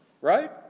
Right